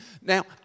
Now